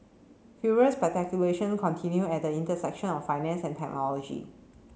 furious continue at the intersection of finance and technology